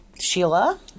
Sheila